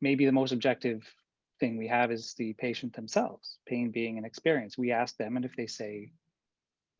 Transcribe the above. maybe the most objective thing we have is the patient themselves pain being an experience. we ask them and if they say